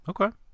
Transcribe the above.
Okay